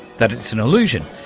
that it's an illusion,